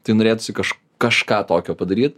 tai norėtųsi kaž kažką tokio padaryt